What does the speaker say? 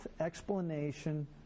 explanation